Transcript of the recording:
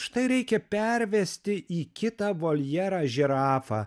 štai reikia pervesti į kitą voljerą žirafą